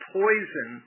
poison